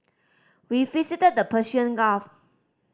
we visited the Persian Gulf